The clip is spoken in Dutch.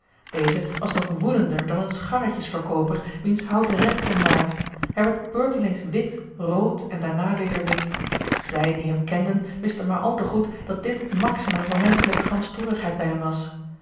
deze was nog woedender dan een scharretjesverkooper wiens houten rek omwaait hij werd beurtelings wit rood en daarna weder wit zij die hem kenden wisten maar al te goed dat dit het maximum van menschelijke gramstorigheid bij hem was